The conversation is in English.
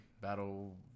Battle